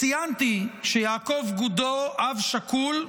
ציינתי שיעקב גודו, אב שכול,